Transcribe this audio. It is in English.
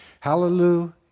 Hallelujah